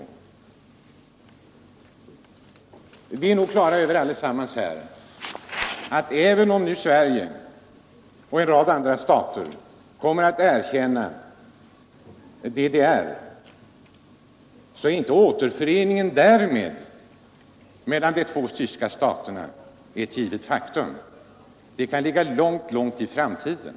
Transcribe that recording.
Alla ledamöter här i kammaren är nog Korea på det klara med att i och med den omständigheten att Sverige och en rad andra stater nu kommer att erkänna DDR är inte återföreningen mellan de två tyska staterna ett givet faktum. Den kan ligga långt i framtiden.